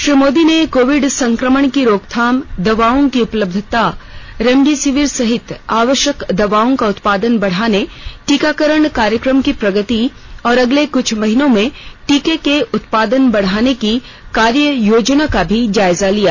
श्री मोदी ने कोविड संक्रमण की रोकथाम दवाओं की उपलब्धता रेमडेसिविर सहित आवश्यक दवाओं का उत्पादन बढाने टीकाकरण कार्यक्रम की प्रगति और अगले कुछ महीनों में टीके का उत्पादन बढाने की कार्य योजना का भी जायजा लिया